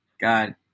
God